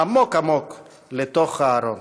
עמוק עמוק לתוך הארון.